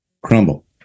crumble